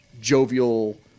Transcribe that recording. jovial